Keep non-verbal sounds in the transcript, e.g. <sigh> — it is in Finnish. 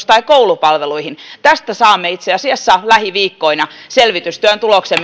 <unintelligible> tai koulupalveluihin niin tästä saamme ministeri grahn laasosen kanssa itse asiassa lähiviikkoina selvitystyön tuloksen <unintelligible>